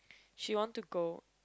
she want to go